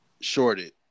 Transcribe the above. shorted